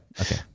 Okay